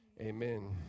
amen